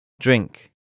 Drink